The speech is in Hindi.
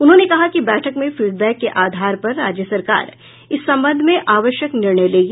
उन्होंने कहा कि बैठक में फीडबैक के आधार पर राज्य सरकार इस संबंध में आवश्यक निर्णय लेगी